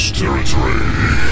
territory